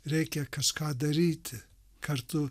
reikia kažką daryti kartu